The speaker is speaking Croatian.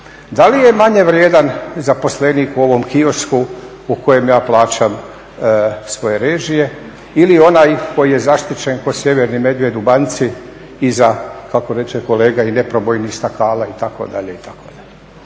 Da li je manje vrijedan zaposlenik u ovom kiosku u kojem ja plaćam svoje režije ili onaj koji je zaštićen kao sjeverni medvjed u banci iza kako reče kolega i neprobojnih stakala itd.,